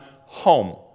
home